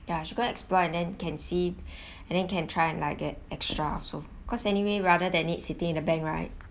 ya should go explore and then can see and then can try like get extra also cause anyway rather than need sitting in the bank right